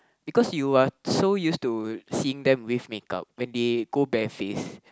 because you are so used to seeing them with make up when they go bare face